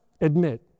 admit